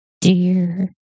dear